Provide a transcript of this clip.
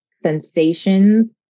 sensations